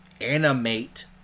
animate